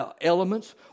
elements